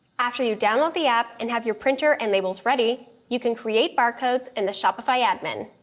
after you download the app and have your printer and labels ready, you can create barcodes in the shopify admin.